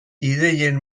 ideien